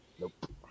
Nope